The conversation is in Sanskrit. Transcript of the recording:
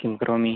किं करोमि